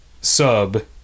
sub